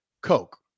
Coke